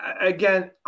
again